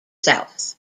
south